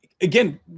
again